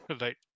Right